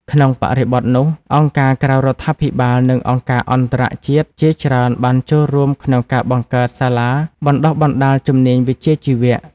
ក្នុងបរិបទនោះ អង្គការក្រៅរដ្ឋាភិបាលនិងអង្គការអន្តរជាតិជាច្រើនបានចូលរួមក្នុងការបង្កើតសាលាបណ្តុះបណ្តាលជំនាញវិជ្ជាជីវៈ។